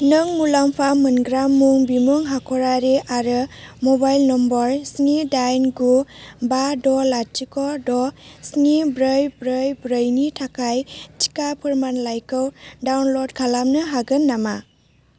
नों मुलामफा मोनग्रा मुं बिबुं हाख'रारि आरो म'बाइल नम्बर स्नि दाइन गु बा द' लाथिख' द' स्नि ब्रै ब्रै ब्रैनि थाखाय टिका फोरमानलाइखौ डाउनल'ड खालामनो हागोन नामा